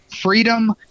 freedom